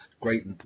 great